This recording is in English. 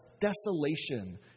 desolation